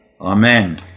Amen